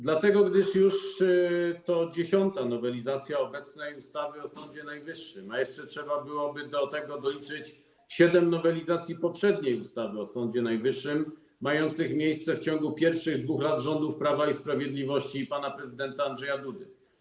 Dlatego że to już dziesiąta nowelizacja obecnej ustawy o Sądzie Najwyższym, a jeszcze trzeba byłoby do tego doliczyć siedem nowelizacji poprzedniej ustawy o Sądzie Najwyższym mających miejsce w ciągu pierwszych 2 lat rządów Prawa i Sprawiedliwości i pana prezydenta Andrzeja Dudy.